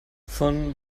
von